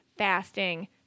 fasting